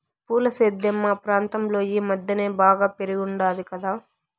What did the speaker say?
పూల సేద్యం మా ప్రాంతంలో ఈ మద్దెన బాగా పెరిగుండాది కదా